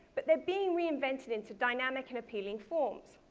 but they're being reinvented into dynamic and appealing forms.